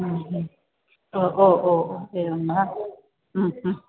ओ ओ ओ ओ एवं वा